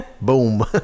Boom